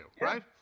right